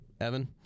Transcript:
Evan